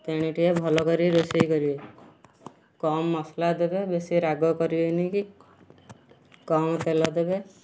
ତେଣୁ ଟିକେ ଭଲ କରି ରୋଷେଇ କରିବେ କମ୍ ମସଲା ଦେବେ ବେଶୀ ରାଗ କରିବେନି କି କମ୍ ତେଲ ଦେବେ